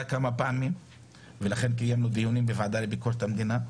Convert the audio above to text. כמה פעמים ולכן קיימנו דיונים בוועדה לביקורת המדינה.